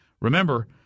Remember